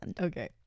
Okay